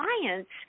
clients